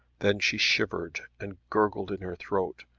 then she shivered, and gurgled in her throat,